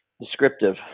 descriptive